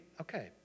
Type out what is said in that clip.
Okay